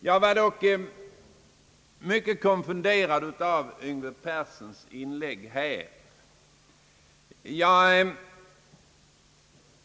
Jag blev dock mycket konfunderad av herr Yngve Perssons inlägg.